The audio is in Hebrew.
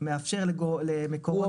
מאפשר למקורות.